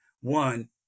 one